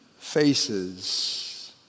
Faces